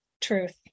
truth